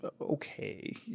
okay